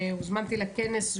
והוזמנתי לכנס,